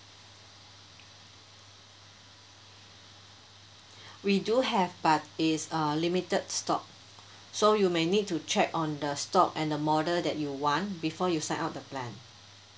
we do have but is uh limited stock so you may need to check on the stock and the model that you want before you sign up the plan